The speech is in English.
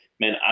man